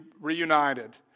reunited